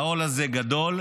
והעול הזה גדול.